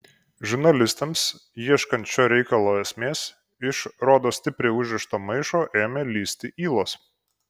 žurnalistams ieškant šio reikalo esmės iš rodos stipriai užrišto maišo ėmė lįsti ylos